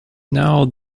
now